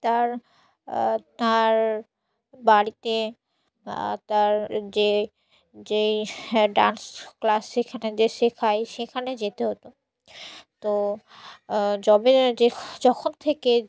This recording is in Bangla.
তার তার বাড়িতে তার যে যেই ডান্স ক্লাস সেখানে যে শেখায় সেখানে যেতে হতো তো যবে যে যখন থেকে